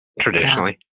traditionally